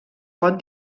pot